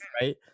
right